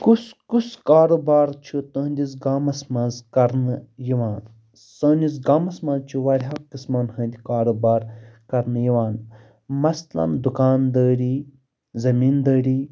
کُس کُس کاروبار چھُ تُہٕنٛدِس گامَس منٛز کرنہٕ یِوان سٲنِس گامَس منٛز چھِ وارِیاہو قٕسمَن ہٕنٛدۍ کاروبار کرنہٕ یِوان مثلاً دُکان دٲری زٔمیٖندٲری